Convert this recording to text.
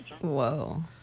Whoa